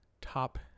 top